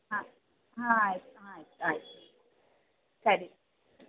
ಹಾಂ ಹಾಂ ಆಯಿತು ಆಯಿತು ಆಯಿತು ಸರಿ